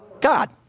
God